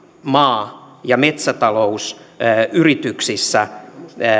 maa ja metsätalousyrityksissä